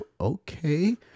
okay